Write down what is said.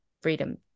freedom